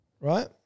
right